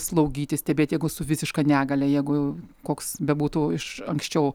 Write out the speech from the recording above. slaugyti stebėti jeigu su visiška negalia jeigu koks bebūtų iš anksčiau